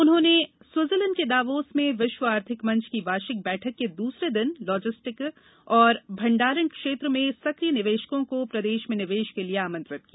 उन्होंने दावोस में विष्व आर्थिक मंच की वार्षिक बैठक के दूसरे दिन लाजिस्टिक और भण्डारण क्षेत्र में सक्रिय निवेशकों को प्रदेश में निवेश के लिए आमंत्रित किया